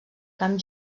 camp